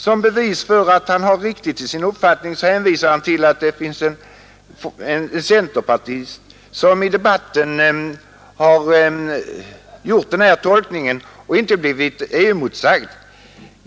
Som bevis för att han har rätt i sin uppfattning åberopar herr Fiskesjö att en centerpartist i debatten har gjort samma tolkning utan att ha blivit emotsagd.